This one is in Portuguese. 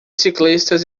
ciclistas